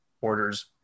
orders